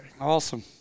Awesome